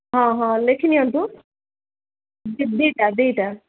ହଁ ହଁ ଲେଖି ନିଅନ୍ତୁ ଦୁଇଟା ଦୁଇଟା